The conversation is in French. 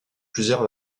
plusieurs